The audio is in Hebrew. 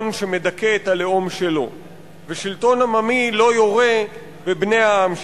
שמדכא את הלאום שלו ושלטון עממי לא יורה בבני העם שלו.